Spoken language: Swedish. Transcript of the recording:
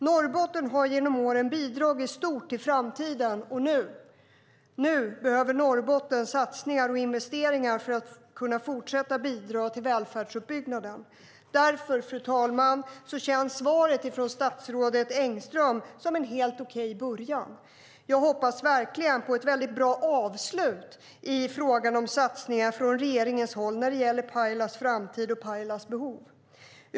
Norrbotten har genom åren bidragit stort till framtiden. Och nu behöver Norrbotten satsningar och investeringar för att kunna fortsätta bidra till välfärdsuppbyggnaden. Därför, fru talman, känns svaret från statsrådet Engström som en helt okej början. Jag hoppas verkligen på ett väldigt bra avslut i frågan om satsningar från regeringens håll när det gäller Pajalas framtid och Pajalas behov.